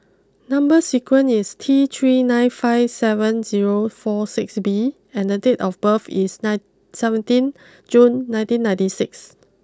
number sequence is T three nine five seven zero four six B and the date of birth is nine seventeen June nineteen ninety six